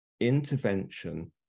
intervention